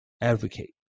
advocate